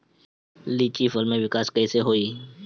लीची फल में विकास कइसे होई?